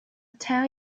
tell